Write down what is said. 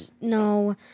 No